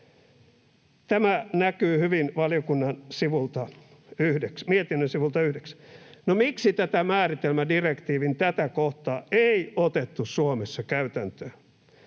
Tämä näkyy hyvin valiokunnan mietinnön sivulta 9. No, miksi tätä määritelmädirektiivin kohtaa ei otettu Suomessa käytäntöön?